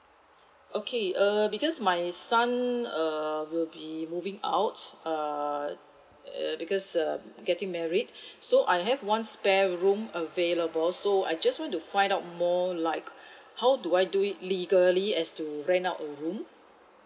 okay err because my son err will be moving out err uh because uh getting married so I have one spare room available so I just want to find out more like how do I do it legally as to rent out a room